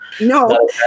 No